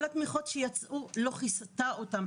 כל התמיכות שיצאו לא כיסו אותן,